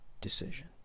decision